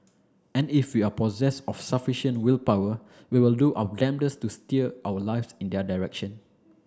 and if we are possessed of sufficient willpower we will do our damnedest to steer our lives in their direction